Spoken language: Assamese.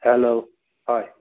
হেল্ল' হয়